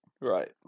Right